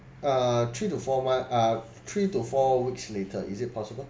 uh three to four month uh three to four weeks later is it possible